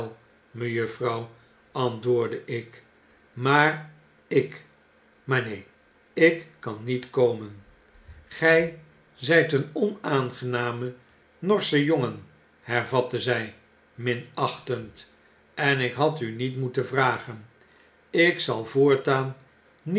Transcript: mejuffrouw antwoordde ik maar ik maar neen ik kan niet komen gy zijt een onaangename norsche jongen hervatte zy minachtend en ik had u niet moeten vragen ik zal voortaan